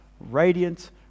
radiant